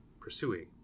pursuing